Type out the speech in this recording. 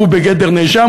הוא בגדר נאשם,